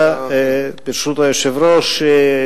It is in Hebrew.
בשנת 2009 התרבו מקרי תקיפות,